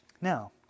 now